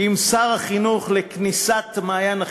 עם שר החינוך לכניסת "מעיין החינוך"